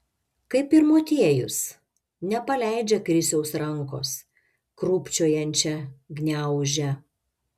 kaip ir motiejus nepaleidžia krisiaus rankos krūpčiojančią gniaužia